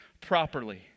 properly